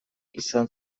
izan